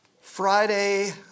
Friday